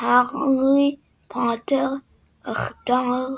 השם "הערי פאטער און דער